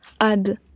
add